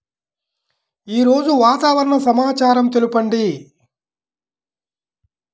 ఈరోజు వాతావరణ సమాచారం తెలుపండి